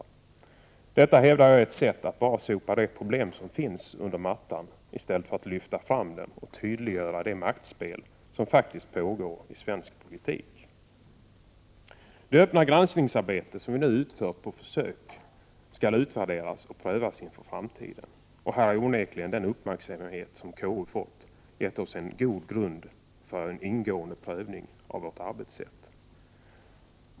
Jag vill hävda att detta bara är ett sätt att sopa de problem som finns under mattan i stället för att lyfta fram dem och tydliggöra det maktspel som faktiskt pågår i svensk politik. Det öppna granskningsarbete som vi nu utför på försök skall utvärderas och prövas inför framtiden. Här har onekligen den uppmärksamhet som KU har fått gett oss en god grund för en ingående prövning av vårt arbetssätt.